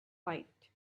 light